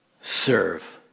Serve